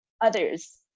others